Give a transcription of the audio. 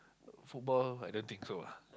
football I don't think so lah